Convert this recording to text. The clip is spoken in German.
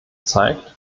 zeigt